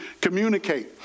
communicate